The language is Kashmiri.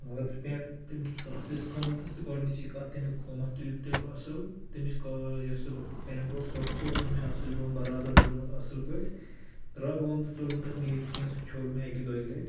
مگر سُہ پٮ۪نٛٹ تیٚمۍ دیُٚت سُہ اَصلِس قۭمتَس تہِ گۄڈنِچی کَتھ تیٚمیُٚک قۭمَتھ تہِ دیُٚت تیٚمۍ اَصٕل تیٚمِچ یۄس یہِ پٮ۪نٛٹ اوس سُہ اوس فِٹ تہِ مےٚ اَصٕل یِوان بَرابَر برونٛہہ اَصٕل پٲٹھۍ رَنٛگ ونٛگ تہِ ژوٚل نہٕ تَتھ نیٖرِتھ کینٛہہ سُہ چھوٚل مےٚ اَکہِ دۄیہِ لَٹہِ